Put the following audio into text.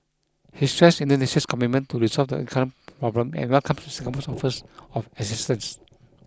he stressed Indonesia's commitment to resolve the current problem and welcomed Singapore's offers of assistance